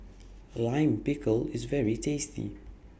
Lime Pickle IS very tasty